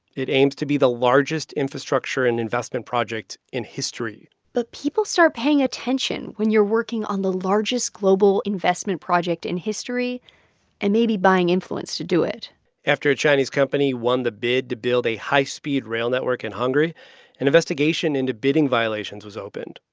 it aims to be the largest infrastructure and investment project in history but people start paying attention when you're working on the largest global investment project in history and may be buying influence to do it after a chinese company won the bid to build a high-speed rail network in hungary investigation into bidding violations was opened.